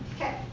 okay